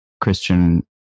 christian